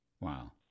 Wow